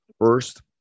first